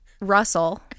Russell